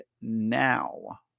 now